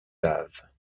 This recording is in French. laves